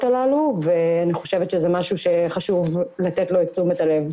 הללו ואני חושבת שזה משהו שחשוב לתת לו את תשומת הלב.